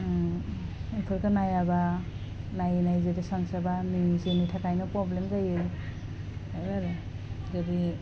ओह एफोरखो नायाबा नायै नायै बेखौ सानस्रियाबा जोंनि थाखायनो पब्लेम जायो बिदि